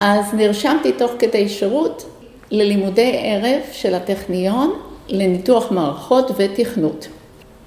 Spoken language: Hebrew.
‫אז נרשמתי תוך כדי שירות ללימודי ערב ‫של הטכניון לניתוח מערכות ותכנות.